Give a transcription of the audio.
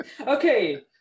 Okay